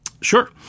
Sure